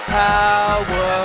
power